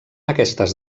aquestes